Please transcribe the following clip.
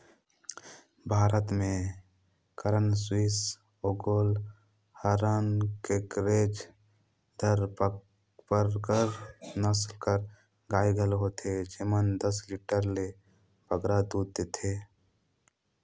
भारत में करन स्विस, ओंगोल, हराना, केकरेज, धारपारकर नसल कर गाय घलो होथे जेमन दस लीटर ले बगरा दूद देथे